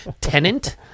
Tenant